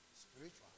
Spiritual